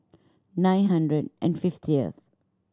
nine hundred and fiftieth